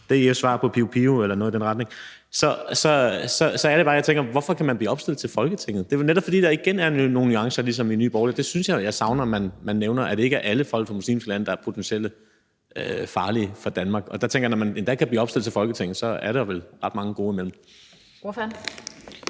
som er DF's svar på piopio.dk eller noget i den retning. Så er det bare, jeg tænker: Hvorfor kan man blive opstillet til Folketinget? Det er vel netop, fordi der igen er nogle nuancer, ligesom i Nye Borgerlige. Det synes jeg jeg savner man nævner, altså at det ikke er alle folk fra muslimske lande, der er potentielt farlige for Danmark. Og jeg tænker, at når man endda kan blive opstillet til Folketinget, er der vel ret mange gode imellem.